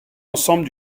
ensemble